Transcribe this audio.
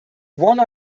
one